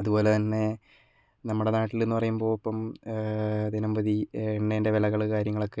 അതുപോലെതന്നെ നമ്മുടെ നാട്ടിലെന്നു പറയുമ്പോൾ ഇപ്പം ദിനംപ്രതി എണ്ണേൻ്റെ വിലകൾ കാര്യങ്ങളൊക്ക